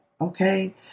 okay